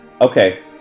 Okay